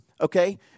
okay